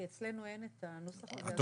כי אצלנו את הנוסח הזה.